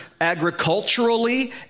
agriculturally